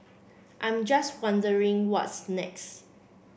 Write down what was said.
I'm just wondering what's next